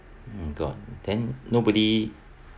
mm gone then nobody